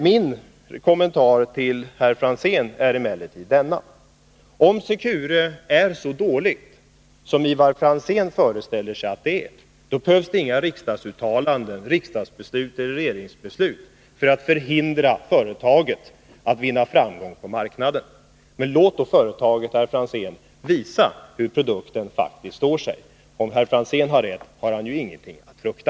Min kommentar till herr Franzén är emellertid denna: Om Secure är så dåligt som Ivar Franzén föreställer sig, då behövs det inga riksdagsuttalanden, riksdagsbeslut eller regeringsbeslut för att förhindra företaget att vinna framgång på marknaden. Men, herr Franzén, låt företaget visa hur produkten faktiskt står sig! Om herr Franzén har rätt, har han ju ingenting att frukta.